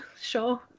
sure